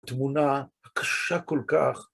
תמונה קשה כל כך.